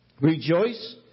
Rejoice